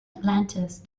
atlantis